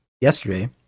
Yesterday